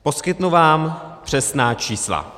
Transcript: Poskytnu vám přesná čísla.